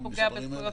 לגבי סעיף (5),